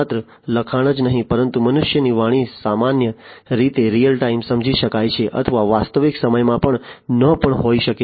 માત્ર લખાણ જ નહીં પરંતુ મનુષ્યની વાણી સામાન્ય રીતે રીઅલ ટાઇમમાં સમજી શકાય છે અથવા વાસ્તવિક સમયમાં પણ ન પણ હોઈ શકે